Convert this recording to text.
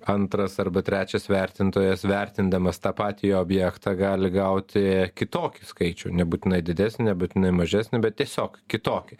antras arba trečias vertintojas vertindamas tą patį objektą gali gauti kitokį skaičių nebūtinai didesnį nebūtinai mažesnį bet tiesiog kitokį